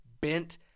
bent